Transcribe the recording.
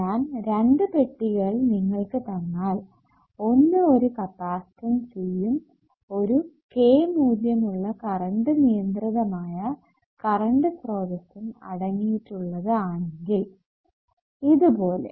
ഞാൻ രണ്ടു പെട്ടികൾ നിങ്ങൾക്ക് തന്നാൽ ഒന്ന് ഒരു കപ്പാസിറ്റൻസ് C യും ഒരു k മൂല്യം ഉള്ള കറണ്ട് നിയന്ത്രിതമായ കറണ്ട് സ്രോതസ്സും അടങ്ങിയിട്ടുള്ളത് ആണെങ്കിൽ ഇതുപോലെ